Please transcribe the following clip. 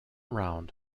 round